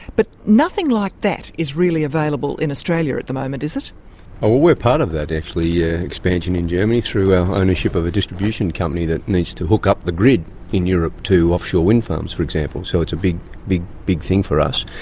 but nothing like that is really available in australia at the moment, is it? oh, well, we're part of that, actually, yeah expansion in germany, through our ownership of a distribution company that needs to hook up the grid in europe to offshore wind farms, for example, so it's a big, big thing for us.